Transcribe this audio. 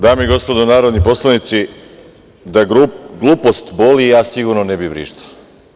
Dame i gospodo narodni poslanici, da glupost boli, ja sigurno ne bih vrištao.